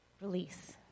release